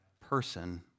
person